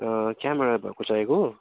camera भएको चाहिएको